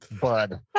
bud